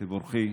תבורכי,